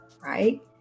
Right